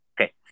Okay